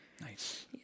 nice